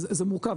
זה מורכב,